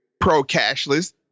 pro-cashless